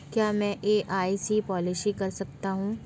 क्या मैं LIC policy कर सकता हूं?